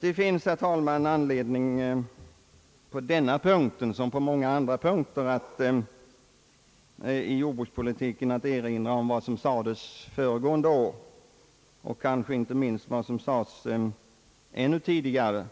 Det finns, herr talman, på denna liksom så många andra punkter i jordbrukspolitiken anledning att erinra om vad som sades förra året, och kanske inte minst vad som sades ännu tidigare